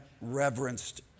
reverenced